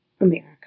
America